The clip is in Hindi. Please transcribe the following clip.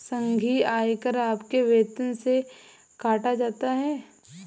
संघीय आयकर आपके वेतन से काटा जाता हैं